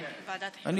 כן, ועדת החינוך.